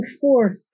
forth